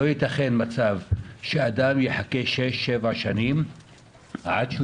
לא ייתכן שאדם יחכה שש שבע שנים עד שהוא